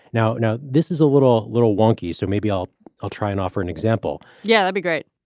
now, now, this is a little little wonky. so maybe i'll i'll try and offer an example. yeah, i'd be great.